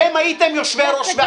על הפיצוציות.